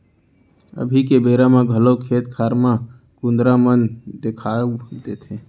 अभी के बेरा म घलौ खेत खार म कुंदरा मन देखाउ देथे